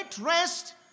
rest